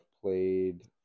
played